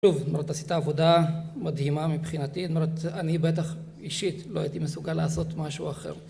זאת אומרת, עשית עבודה מדהימה מבחינתי, זאת אומרת, אני בטח אישית לא הייתי מסוגל לעשות משהו אחר